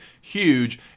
huge